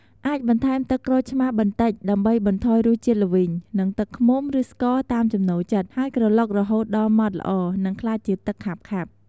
អាចបន្ថែមទឹកក្រូចឆ្មារបន្តិចដើម្បីបន្ថយរសជាតិល្វីង និងទឹកឃ្មុំ ឬស្ករតាមចំណូលចិត្ត ហើយក្រឡុករហូតដល់ម៉ត់ល្អ និងក្លាយជាទឹកខាប់ៗ។